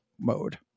mode